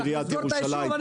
לסגור את היישוב?